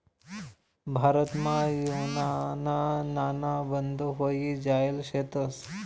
भारतमा सोनाना नाणा बंद व्हयी जायेल शेतंस